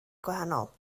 gwahanol